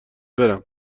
برم